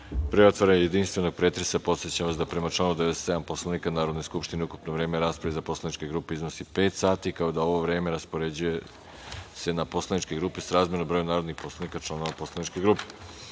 otvaranja jedinstvenog pretresa, podsećam vas da, prema članu 97. Poslovnika Narodne skupštine, ukupno vreme rasprave za poslaničke grupe iznosi pet časova, kao i da se ovo vreme raspoređuje na poslaničke grupe srazmerno broju narodnih poslanika članova poslaničke grupe. Molim